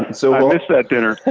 and so i missed that dinner.